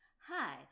Hi